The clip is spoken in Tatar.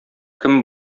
кем